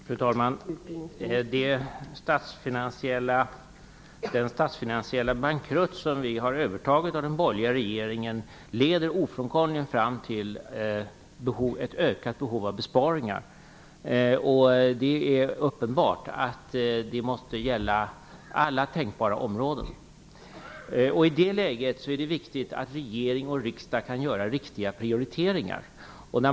Fru talman! Den statsfinansiella bankrutt som vi har övertagit av den borgerliga regeringen leder ofrånkomligen fram till ett ökat behov av besparingar. Det är uppenbart att det måste gälla alla tänkbara områden. I det läget är det viktigt att regering och riksdag kan göra riktiga prioriteringar.